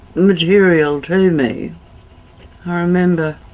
material to me. i remember